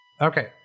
Okay